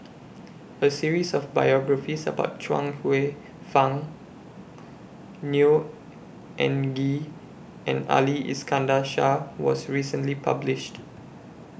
A series of biographies about Chuang Hsueh Fang Neo Anngee and Ali Iskandar Shah was recently published